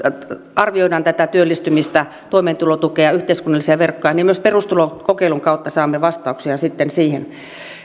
arvioidaan tätä työllistymistä toimeentulotukea yhteiskunnallisia verkkoja toivon että myös perustulokokeilun kautta saamme vastauksia sitten siihen